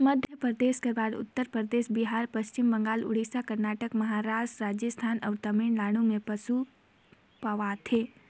मध्यपरदेस कर बाद उत्तर परदेस, बिहार, पच्छिम बंगाल, उड़ीसा, करनाटक, महारास्ट, राजिस्थान अउ तमिलनाडु में पसु पवाथे